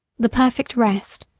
the perfect rest,